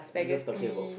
love talking about food